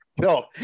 no